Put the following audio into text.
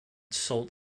sold